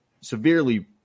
severely